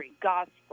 gospel